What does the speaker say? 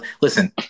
Listen